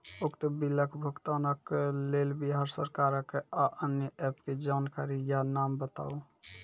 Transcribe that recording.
उक्त बिलक भुगतानक लेल बिहार सरकारक आअन्य एप के जानकारी या नाम बताऊ?